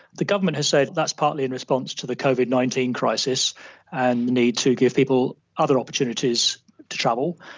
the government has said that's partly in response to the covid nineteen crisis and the need to give people other opportunities to travel.